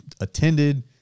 attended